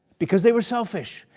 because they were selfish,